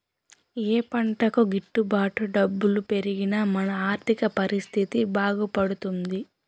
ఏ పంటకు గిట్టు బాటు డబ్బులు పెరిగి మన ఆర్థిక పరిస్థితి బాగుపడుతుంది?